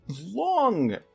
long